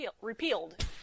repealed